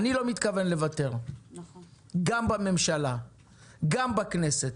אני לא מתכוון לוותר גם בממשלה וגם בכנסת,